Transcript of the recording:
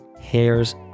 hairs